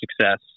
success